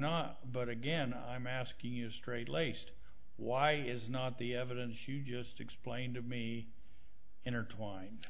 not but again i'm asking you straight laced why is not the evidence you just explained to me intertwined